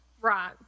Right